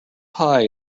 pie